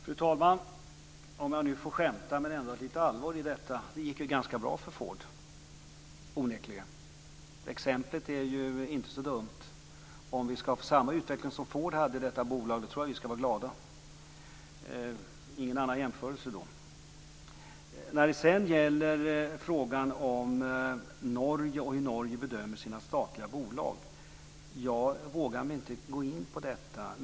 Fru talman! Om jag nu får skämta - men det ligger ändå lite allvar i detta - så gick det ju onekligen ganska bra för Ford. Exemplet är inte så dumt. Får vi samma utveckling som Ford i detta bolag tror jag att vi skall vara glada - ingen jämförelse i övrigt. Frågan om Norge och hur Norge bedömer sina statliga bolag vågar jag mig inte in på.